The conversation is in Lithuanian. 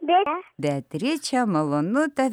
beatriče malonu tave girdėti viskas gerai